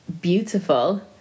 beautiful